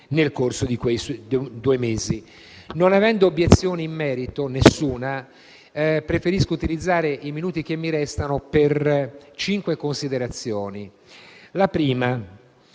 Non avendo alcuna obiezione in merito, preferisco utilizzare i minuti che mi restano per cinque considerazioni.